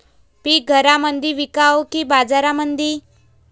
पीक घरामंदी विकावं की बाजारामंदी?